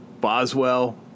boswell